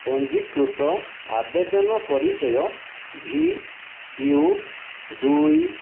ପଞ୍ଜୀକୃତ ଆବେଦନ ପରିଚୟ ଭି କ୍ୟୁ ଦୁଇ